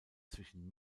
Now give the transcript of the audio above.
zwischen